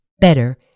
better